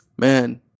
Man